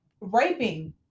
raping